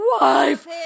wife